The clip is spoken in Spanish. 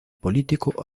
político